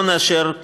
לא נאשר,